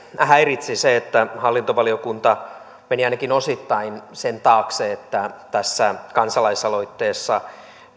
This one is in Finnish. häiritsi se että hallintovaliokunta meni ainakin osittain sen taakse että tässä kansalaisaloitteessa